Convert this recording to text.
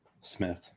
Smith